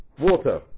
water